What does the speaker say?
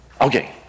Okay